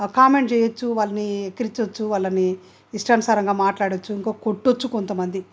comment చేయవచ్చు వాళ్ళని వెక్కిరించవచ్చు వాళ్ళని ఇష్టానుసారంగా మాట్లాడవచ్చు ఇంకా కొట్టవచ్చు కొంతమంది